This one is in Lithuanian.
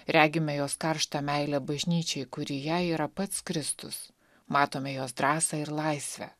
regime jos karštą meilę bažnyčiai kuri jai yra pats kristus matome jos drąsą ir laisvę